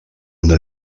una